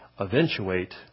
eventuate